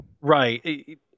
Right